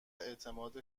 اعتماد